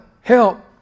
help